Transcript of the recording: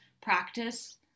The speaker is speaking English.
practice